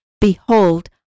Behold